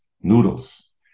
noodles